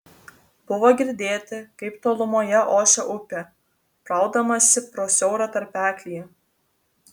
buvo girdėti kaip tolumoje ošia upė braudamasi pro siaurą tarpeklį